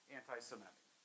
anti-Semitic